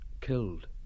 killed